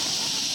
ששש.